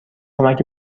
کمکی